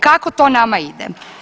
Kako to nama ide?